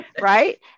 right